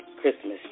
Christmas